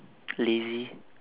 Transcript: lazy